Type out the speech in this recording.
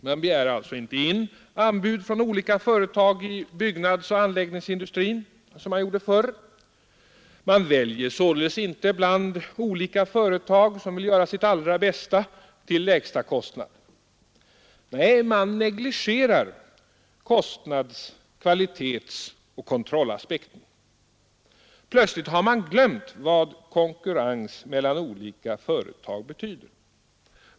Man begär alltså inte in anbud från olika företag i byggnadsoch anläggningsindustrin, som man gjorde förr. Man väljer således inte bland olika företag som vill göra sitt allra bästa till lägsta kostnad. Nej, man negligerar kostnads-, kvalitetsoch kontrollaspekten. Plötsligt har man glömt vad konkurrens mellan olika företag betyder.